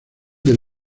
del